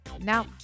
Now